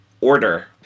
order